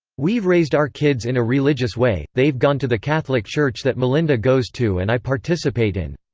we've raised our kids in a religious way they've gone to the catholic church that melinda goes to and i participate in.